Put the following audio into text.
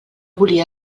volia